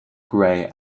grey